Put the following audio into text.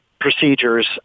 procedures